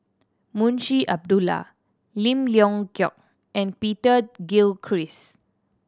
Munshi Abdullah Lim Leong Geok and Peter Gilchrist